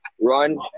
run